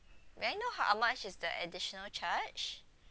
may I know how much is the additional charge